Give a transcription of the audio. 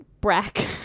Brack